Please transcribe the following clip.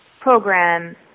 program